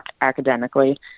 academically